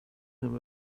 him